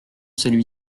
celui